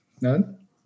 None